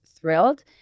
thrilled